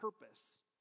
purpose